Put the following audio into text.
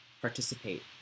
participate